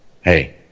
hey